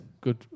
good